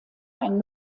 ein